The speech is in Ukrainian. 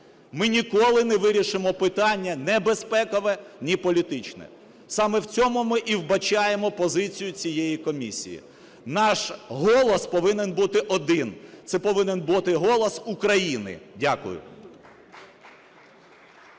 ми ніколи не вирішимо питання ні безпекове, ні політичне. Саме в цьому ми і вбачаємо позицію цієї комісії. Наш голос повинен бути один – це повинен бути голос України. Дякую.